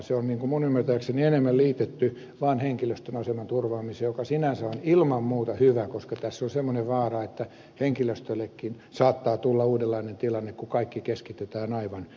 lausuma on minun ymmärtääkseni enemmän liitetty vaan henkilöstön aseman turvaamiseen joka sinänsä on ilman muuta hyvä koska tässä on semmoinen vaara että henkilöstöllekin saattaa tulla uudenlainen tilanne kun kaikki keskitetään aivan toiseen paikkaan